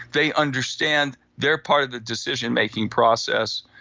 they understand their part of the decision making process.